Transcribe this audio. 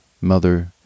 mother